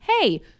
hey